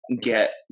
get